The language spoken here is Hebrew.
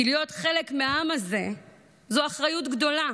כי להיות חלק מהעם הזה זו אחריות גדולה,